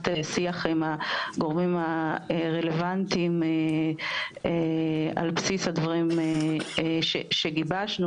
שיח עם הגורמים הרלוונטיים על בסיס הדברים שגיבשנו.